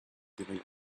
giving